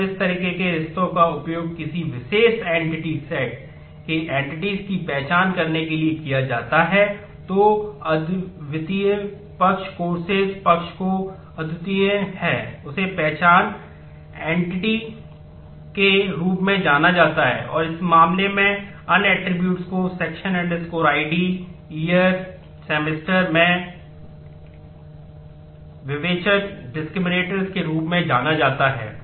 तो weak entity sets के रूप में जाना जाता है